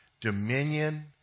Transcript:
dominion